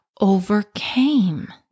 overcame